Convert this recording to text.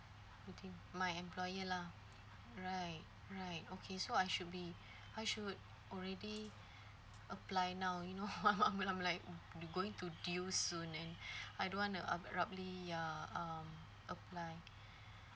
t~ my employee lah right right okay so I should be I should already apply now you know I'm I'm I'm like going to due soon and I don't wanna abruptly ya um apply